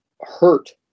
hurt